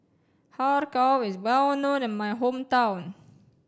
har kow is well known in my hometown